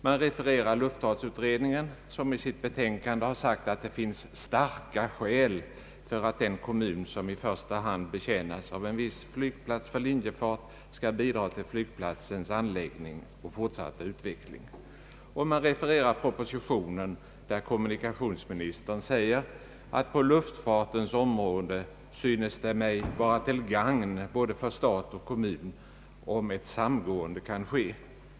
Man refererar luftfartsutredningen, som i sitt betänkande har sagt att det finns starka skäl för att en kommun som i första hand betjänas av en viss flygplats för linjefart skall bidra till flygplatsens anläggning och fortsatta utveckling. Man refererar propositionen, där kommunikationsministern säger att på luftfartens område synes det vara till gagn för både stat och kommun om ett samgående kan ske.